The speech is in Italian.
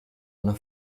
una